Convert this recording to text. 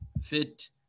fit